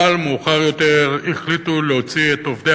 אבל מאוחר יותר החליטו להוציא את עובדי